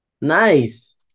Nice